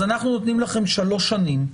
אז אנחנו נותנים לכם 3 שנים.